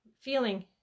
feeling